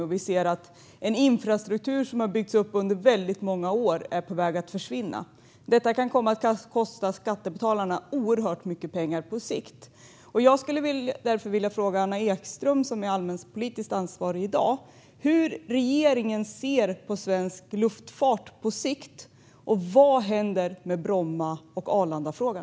Vi ser att en infrastruktur som byggts upp under väldigt många år är på väg att försvinna. Detta kan komma att kosta skattebetalarna oerhört mycket pengar på sikt. Jag skulle därför vilja fråga Anna Ekström, som är allmänpolitiskt ansvarig i dag, hur regeringen ser på svensk luftfart på sikt och vad som händer med Bromma och Arlandafrågan.